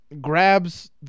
grabs